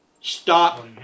Stop